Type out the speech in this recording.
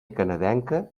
canadenca